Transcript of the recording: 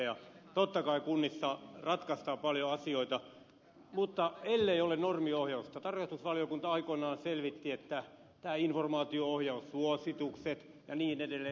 totta kai kunnissa ratkaistaan paljon asioita mutta ellei ole normiohjausta niin kuten tarkastusvaliokunta aikoinaan selvitti nämä informaatio ohjaussuositukset ja niin edelleen